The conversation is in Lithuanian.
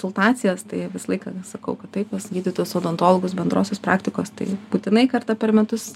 konsultacijas tai visą laiką sakau kad taip pas gydytojus odontologus bendrosios praktikos tai būtinai kartą per metus